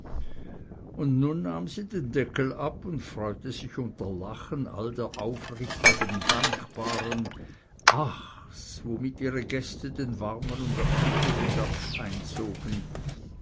und nun nahm sie den deckel ab und freute sich unter lachen all der aufrichtig dankbaren achs womit ihre gäste den warmen und erquicklichen dampf einsogen